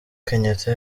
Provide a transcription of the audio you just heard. kenyatta